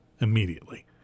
immediately